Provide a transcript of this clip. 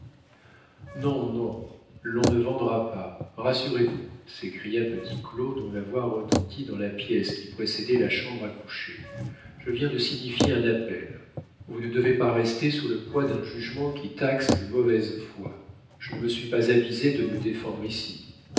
non non l'on ne vendra pas rassurez-vous s'écria petit claud dont la voix retentit dans la pièce qui précédait la chambre à coucher je viens de signifier un appel vous ne devez pas rester sous le poids d'un jugement qui taxe de mauvaise foi je ne me suis pas avisé de me défendre ici